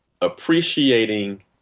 appreciating